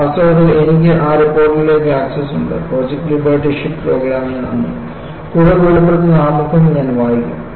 വാസ്തവത്തിൽ എനിക്ക് ആ റിപ്പോർട്ടിലേക്ക് ആക്സസ് ഉണ്ട് പ്രോജക്റ്റ് ലിബർട്ടി ഷിപ്പ് പ്രോഗ്രാമിന് നന്ദി കൂടുതൽ വെളിപ്പെടുത്തുന്ന ആമുഖം ഞാൻ വായിക്കും